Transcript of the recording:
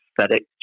aesthetic